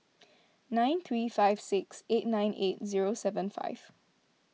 nine three five six eight nine eight zero seven five